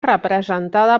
representada